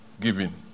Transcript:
giving